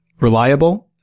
reliable